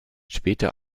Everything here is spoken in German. später